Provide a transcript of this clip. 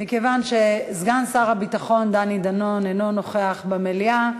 מכיוון שסגן שר הביטחון דני דנון אינו נוכח במליאה,